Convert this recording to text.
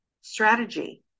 strategy